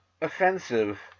offensive